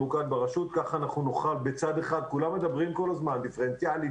ממוקד ברשות כך אנחנו נוכל בצד אחד כולם מדברים כל הזמן: דיפרנציאלי,